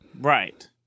Right